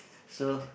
so